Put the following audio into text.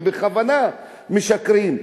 ובכוונה משקרים.